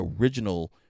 original